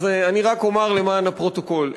אז אני רק אומר למען הפרוטוקול,